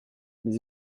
mais